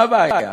מה הבעיה?